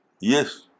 Yes